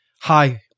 hi